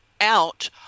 out